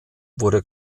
wurde